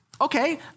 okay